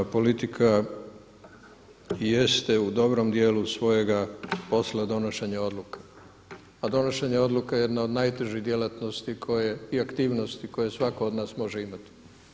Politika jeste u dobrom dijelu svojega posla donošenje odluka, a donošenje odluka je jedna od najtežih djelatnosti i aktivnosti koje svatko od nas može imati.